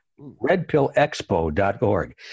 redpillexpo.org